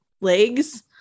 legs